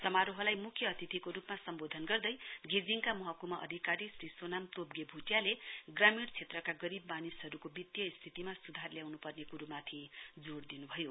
समारोहलाई मुख्य अतिथिको रूपमा सम्बोधन गर्दै गेजिङका महकुमा अधिकारी श्री सोनाम तोप्ने भूटियाले ग्रामीण क्षेत्रका गरीब मानिसहरूको वित्तिय स्थितिमा सुधार ल्याउनुपर्ने कुरोमाथि जोड दिनुभयो